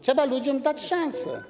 Trzeba ludziom dać szansę.